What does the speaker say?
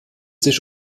sich